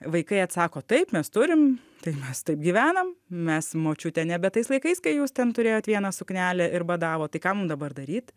vaikai atsako taip mes turim tai mes taip gyvenam mes močiute nebe tais laikais kai jūs ten turėjot vieną suknelę ir badavot tai ką mum dabar daryt